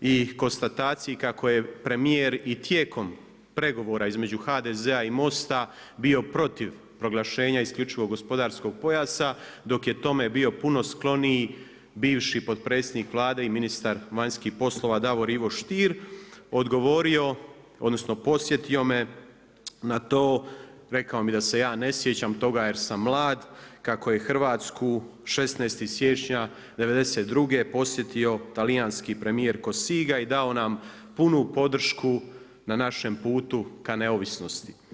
i konstataciji kako je premijer i tijekom pregovora između HDZ-a i MOST-a bio protiv proglašenja isključivog gospodarskog pojasa dok je tome bio puno skloniji bivši potpredsjednik Vlade i ministar vanjskih poslova Davor Ivo Strier, odgovorio, odnosno podsjetio me na to, rekao mi da se ja ne sjećam toga jer sam mlad kako je Hrvatsku 16. siječnja 1992. posjetio talijanski premijer Cossiga i dao nam punu podršku na našem putu ka neovisnosti.